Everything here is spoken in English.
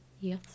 Yes